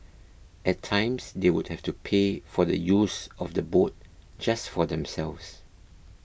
at times they would have to pay for the use of the boat just for themselves